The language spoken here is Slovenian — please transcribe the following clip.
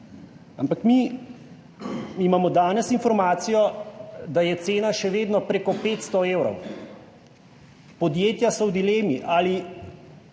ampak mi imamo danes informacijo, da je cena še vedno prek 500 evrov. Podjetja so v dilemi, ali